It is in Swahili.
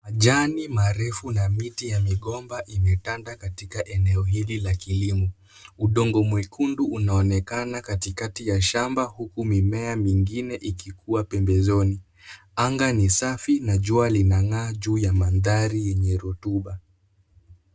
Majani marefu na miti ya migomba imetanda katika eneo hili la kilimo, udongo mwekundu unaonekana katikati ya shamba huku mimea mingine ikikuwa pembezoni, anga ni safi na jua linang'aa juu ya mandhari yenye rutuba.